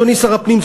אדוני שר הפנים,